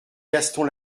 gaston